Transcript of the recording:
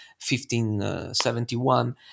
1571